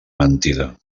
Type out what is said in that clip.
mentida